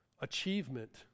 achievement